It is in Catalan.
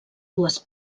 dues